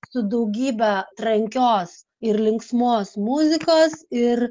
su daugybe trankios ir linksmos muzikos ir